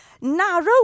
narrow